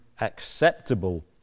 acceptable